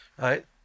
Right